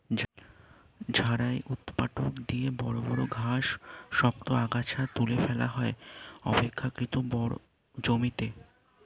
ঝাড়াই ঊৎপাটক দিয়ে বড় বড় ঘাস, শক্ত আগাছা তুলে ফেলা হয় অপেক্ষকৃত বড় জমিতে